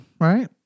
right